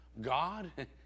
God